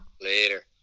Later